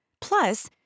Plus